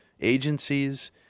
agencies